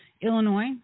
Illinois